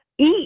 eat